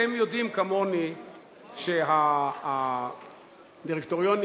אתם יודעים כמוני שבשנים האחרונות הדירקטוריונים